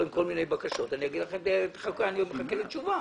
עם כל מיני בקשות ואני אומר לכם שאני מחכה לתשובה.